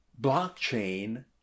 blockchain